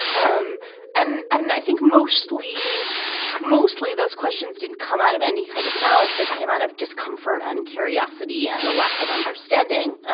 um and and i think mostly mostly those questions didn't come out of any kind of malice. they came out of discomfort and curiosity and a lack of understanding.